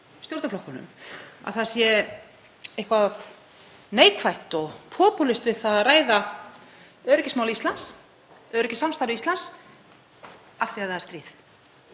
stjórnarflokkunum, að það sé eitthvað neikvætt og popúlískt við það að ræða öryggismál Íslands, öryggissamstarf Íslands, af því að það er stríð.